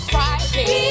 Friday